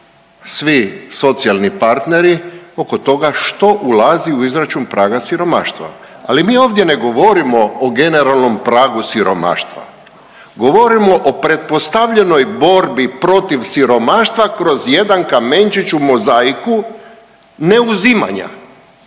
svi socijalni partneri oko toga što ulazi u izračun praga siromaštva. Ali mi ovdje ne govorimo o generalnom pragu siromaštva, govorimo o pretpostavljenoj borbi protiv siromaštva kroz jedan kamenčić u mozaiku neuzimanja